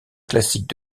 classiques